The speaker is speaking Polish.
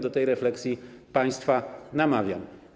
Do tej refleksji państwa namawiam.